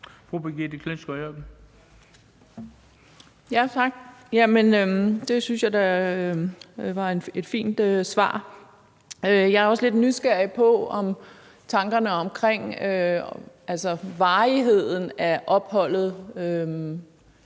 Jamen det synes jeg da var et fint svar. Jeg er også lidt nysgerrig med hensyn til tankerne omkring varigheden af opholdet.